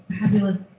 fabulous